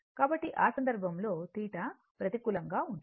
కాబట్టి ఆ సందర్భంలో θ ప్రతికూలంగా ఉంటుంది